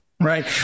Right